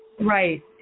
Right